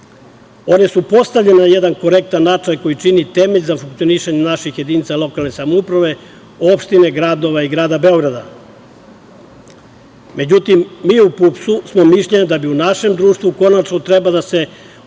One su postavljene na jedan korektan način koji čini temelj za funkcionisanje naših jedinica lokalne samouprave, opštine, gradova i grada Beograda. Međutim, mi u PUPS smo mišljenja da bi u našem društvu konačno trebalo da se otvori